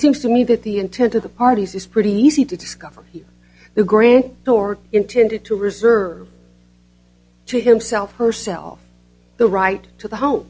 seems to me that the intent of the parties is pretty easy to discover it the grant short intended to reserve to himself or herself the right to the ho